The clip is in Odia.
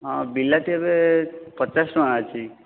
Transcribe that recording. ହଁ ବିଲାତି ଏବେ ପଚାଶ ଟଙ୍କା ଅଛି